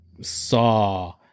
saw